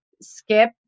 skip